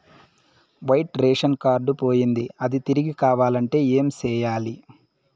white ration card పోయింది అది తిరిగి కావాలంటే ఏం సేయాలి